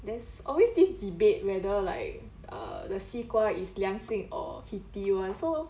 there's always this debate whether like uh the 西瓜 is 凉性 or heaty [one] so